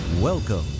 Welcome